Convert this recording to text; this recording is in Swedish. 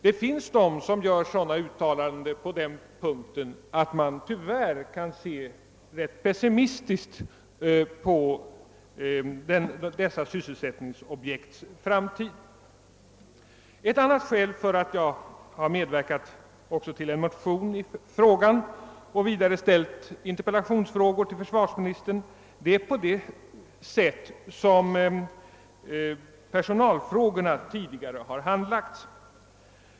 Det har gjorts uttalanden på denna punkt som gör att man tyvärr kan se ganska pessimistiskt på dessa sysselsättningsobjekts framtid. En annan anledning till att jag har medverkat även till en motion i frågan och vidare ställt interpellationsfrågor är det sätt på vilket personalfrågorna tidigare har handlagts.